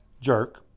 jerk